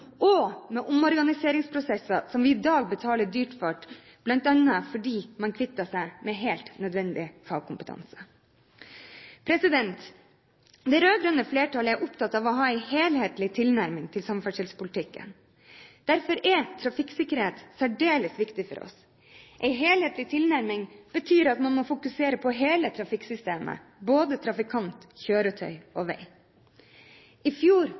og med omorganiseringsprosesser som vi i dag betaler dyrt for, bl.a. fordi man kvittet seg med helt nødvendig fagkompetanse. Det rød-grønne flertallet er opptatt av å ha en helhetlig tilnærming til samferdselspolitikken. Derfor er trafikksikkerhet særdeles viktig for oss. En helhetlig tilnærming betyr at man må fokusere på hele trafikksystemet, på både trafikant, kjøretøy og vei. I fjor